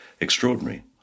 extraordinary